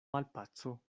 malpaco